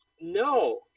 No